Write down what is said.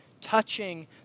touching